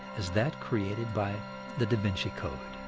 as that created by the da vinci code.